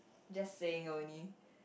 just saying only